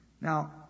Now